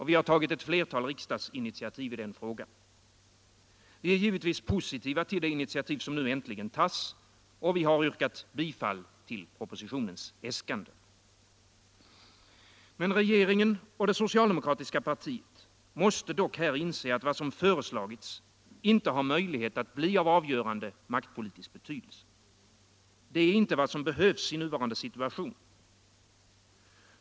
Vi har tagit ett flertal riksdagsinitiativ i den frågan: Vi är givetvis positiva till det initiativ som nu äntligen tas och vi har yrkat bifall till propositionens äskanden. Men regeringen och det socialdemokratiska partiet måste dock här inse, att vad som föreslagits inte har möjlighet att bli av avgörande maktpolitisk betydelse. Det är inte vad som behövs i nuvarande situation.